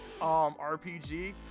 RPG